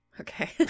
okay